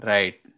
Right